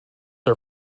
are